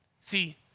See